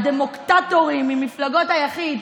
הדמוקטטורים ממפלגות היחיד,